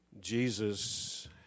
Jesus